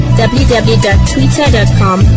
www.twitter.com